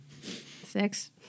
Six